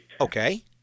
Okay